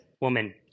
woman